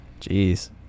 jeez